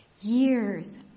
years